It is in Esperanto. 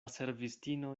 servistino